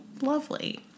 lovely